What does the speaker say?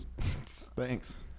Thanks